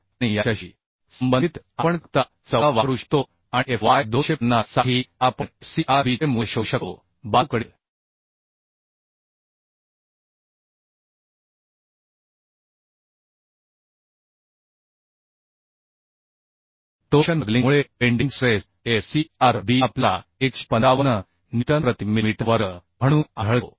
9 आणि याच्याशी संबंधित आपण तक्ता 14 वापरू शकतो आणि f y 250 साठी आपण f c r b चे मूल्य शोधू शकतो बाजूकडील टोर्शन बकलिंगमुळे bending stress f c r b आपल्याला 155 न्यूटन प्रति मिलिमीटर वर्ग म्हणून आढळतो